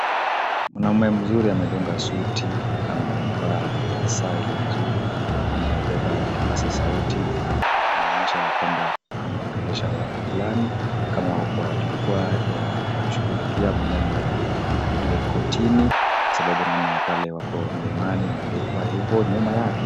Mwanaume mzuri ameduga suti, amevaa tasaa ile mzuri. Amebeba kipasa sauti anaonyesha kwamba anaongelesha watu fulani kama wako Kwa jukwaa ya kushughulikia maneno ya hili kotini kwa sababu naona pale wako mlimani imeandikwa hivo nyuma yake.